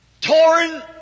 Torn